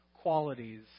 qualities